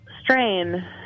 strain